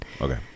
Okay